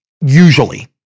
usually